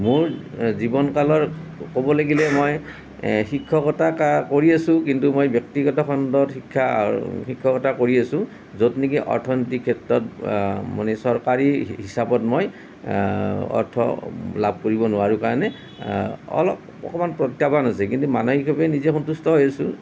মোৰ জীৱনকালৰ ক'ব লাগিলে মই শিক্ষকতা কৰি আছোঁ কিন্তু মই ব্যক্তিগত খণ্ডত শিক্ষা শিক্ষকতা কৰি আছোঁ য'ত নেকি অৰ্থনৈতিক ক্ষেত্ৰত মানে চৰকাৰী হিচাপত মই অৰ্থ লাভ কৰিব নোৱাৰো কাৰণে অলপ অকণমান প্ৰত্যাহ্বান হৈছে কিন্তু মানসিকভাৱে নিজে সন্তুষ্ট হৈ আছোঁ